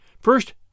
First